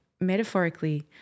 metaphorically